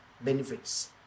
benefits